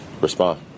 respond